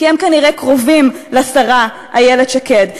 כי הם כנראה קרובים לשרה איילת שקד.